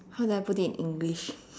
how do I put it in English